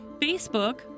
Facebook